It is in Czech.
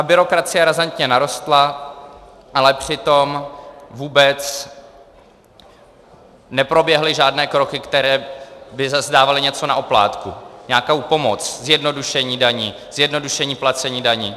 Byrokracie razantně narostla, ale přitom vůbec neproběhly žádné kroky, které by zase dávaly něco na oplátku, nějakou pomoc, zjednodušení daní, zjednodušení placení daní.